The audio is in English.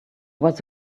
was